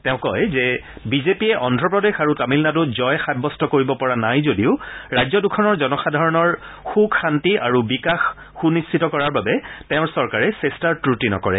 তেওঁ কয় যে বিজেপিয়ে অন্ধ্ৰ প্ৰদেশ আৰু তামিলনাডুত জয় সাব্যস্ত কৰিব পৰা নাই যদিও ৰাজ্য দুখনৰ জনসাধাৰণৰ সুখ শান্তি আৰু বিকাশ সুনিশ্চিত কৰাৰ বাবে তেওঁৰ চৰকাৰে চেষ্টাৰ ক্ৰটি নকৰে